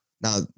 Now